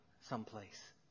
someplace